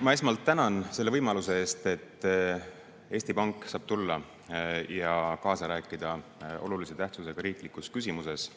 Ma esmalt tänan selle võimaluse eest, et Eesti Pank saab tulla ja kaasa rääkida olulise tähtsusega riiklikus küsimuses.